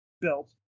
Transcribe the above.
built